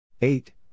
Eight